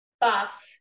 buff